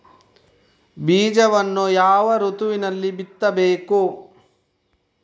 ಬೀಜವನ್ನು ಯಾವ ಋತುವಿನಲ್ಲಿ ಬಿತ್ತಬೇಕು?